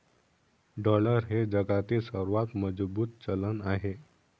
dollar हे जगातील सर्वात मजबूत चलन आहे